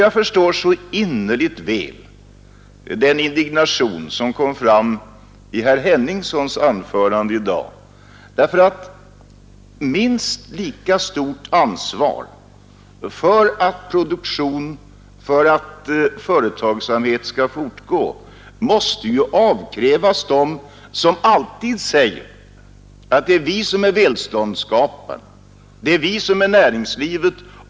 Jag förstår innerligt väl den indignation som kom fram i herr Henningssons anförande i dag. Minst lika stort ansvar för att produktion och företagsamhet skall fortgå som läggs på regeringen måste nämligen läggas på dem som alltid säger: Det är vi som är välståndsskaparna, det är vi som är näringslivet.